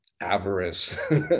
avarice